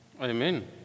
Amen